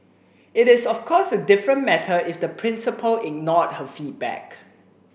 it is of course a different matter if the principal ignored her feedback